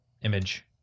image